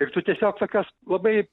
ir tu tiesiog tokios labai